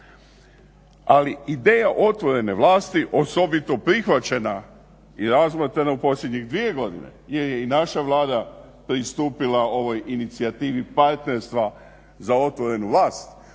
Ali ideja otvorene vlasti osobito prihvaćena i razmatrana u posljednjih dvije godine jer je i naša Vlada pristupila ovoj inicijativi partnerstva za otvorenu vlast,